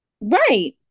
right